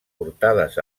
portades